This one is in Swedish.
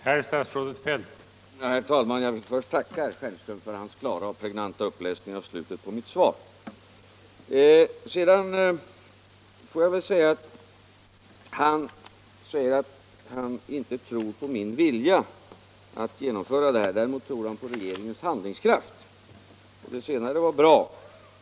Herr talman! Herr Stjernström sade att han inte trodde på min vilja att ta bort lokala prisskillnader på oljeprodukter, men däremot trodde han på regeringens handlingskraft. Det senare var ju bra.